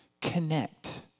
connect